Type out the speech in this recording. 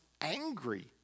angry